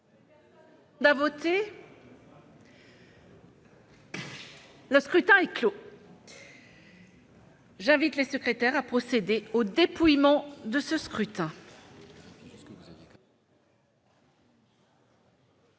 Le scrutin est clos. J'invite Mmes et MM. les secrétaires à procéder au dépouillement du scrutin.